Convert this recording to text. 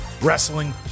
wrestling